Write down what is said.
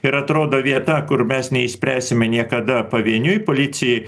ir atrodo vieta kur mes neišspręsime niekada pavieniui policijai